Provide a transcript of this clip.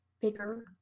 bigger